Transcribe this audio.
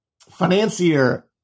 financier